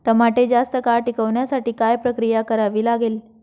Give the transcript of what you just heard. टमाटे जास्त काळ टिकवण्यासाठी काय प्रक्रिया करावी लागेल?